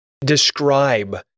describe